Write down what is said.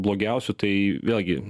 blogiausių tai vėlgi